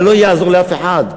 אבל לא יעזור לאף אחד,